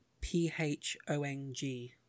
p-h-o-n-g